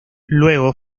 luego